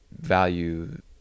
value